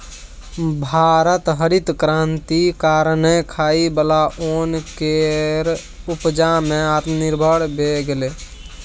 भारत हरित क्रांति कारणेँ खाइ बला ओन केर उपजा मे आत्मनिर्भर भए गेलै